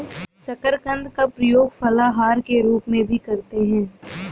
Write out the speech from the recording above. शकरकंद का प्रयोग फलाहार के रूप में भी करते हैं